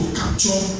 capture